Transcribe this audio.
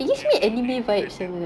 then after that like the